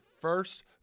first